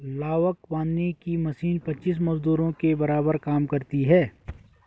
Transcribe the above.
लावक बांधने की मशीन पच्चीस मजदूरों के बराबर काम करती है